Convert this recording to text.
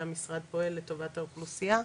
שהמשרד פועל לטובת האוכלוסייה,